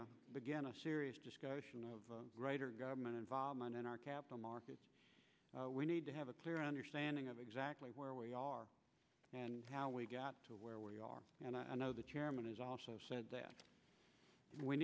begin a serious discussion of government involvement in our capital markets we need to have a clear understanding of exactly where we are and how we got to where we are and i know the chairman has also said that we